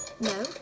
No